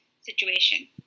situation